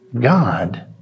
God